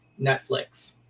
Netflix